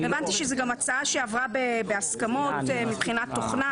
הבנתי שזאת גם הצעה שעברה בהסכמות מבחינת תוכנה.